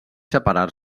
separar